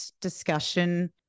discussion